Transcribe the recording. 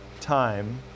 time